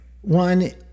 One